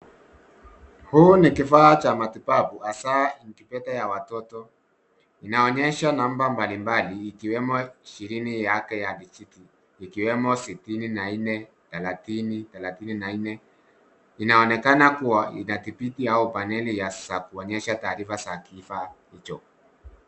Huu ni kifaa cha matibabu hasa incubator ya watoto inaonyesha namba mbalimbali ikiwemo ishirini yake ya vijiti ikiwemo sitini na nne, thalathini, thelathini na nne. Inaonekana kuwa inadhibiti au paneli za kuonyesha taarifa za kifaa hicho.